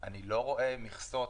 אני לא רואה מכסות,